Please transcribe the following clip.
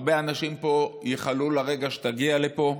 הרבה אנשים פה, ייחלו לרגע שתגיע לפה.